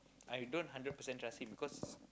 I don't hundred percent trust him because